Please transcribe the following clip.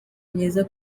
myiza